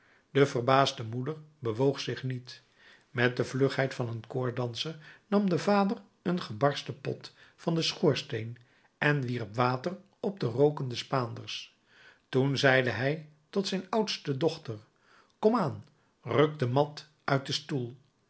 de verbaasde moeder bewoog zich niet met de vlugheid van een koordedanser nam de vader een gebersten pot van den schoorsteen en wierp water op de rookende spaanders toen zeide hij tot zijn oudste dochter komaan ruk de mat uit den stoel